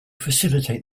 facilitate